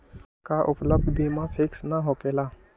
का उपलब्ध बीमा फिक्स न होकेला?